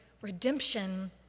redemption